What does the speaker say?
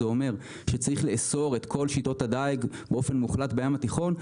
זה אומר שצריך לאסור את כל שיטות הדיג באופן מוחלט בים התיכון?